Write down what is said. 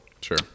Sure